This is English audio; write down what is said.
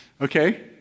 Okay